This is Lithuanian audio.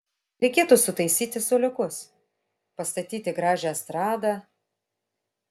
reikėtų sutaisyti suoliukus pastatyti gražią estradą